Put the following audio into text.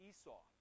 Esau